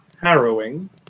harrowing